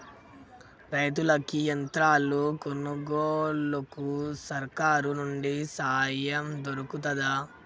రైతులకి యంత్రాలు కొనుగోలుకు సర్కారు నుండి సాయం దొరుకుతదా?